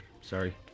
sorry